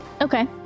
Okay